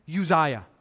Uzziah